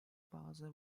bazı